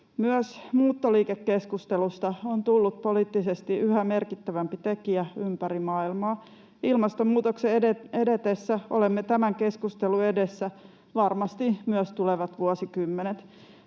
Myös muuttoliikekeskustelusta on tullut poliittisesti yhä merkittävämpi tekijä ympäri maailmaa. Ilmastonmuutoksen edetessä olemme tämän keskustelun edessä varmasti myös tulevat vuosikymmenet.